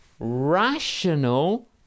rational